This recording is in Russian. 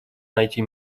найти